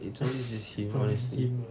it's always just him honestly